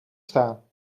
staan